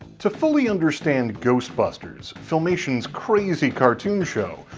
to fully understand ghostbusters, filmation's crazy cartoon show,